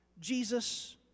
Jesus